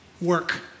work